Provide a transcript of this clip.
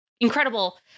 incredible